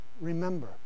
remember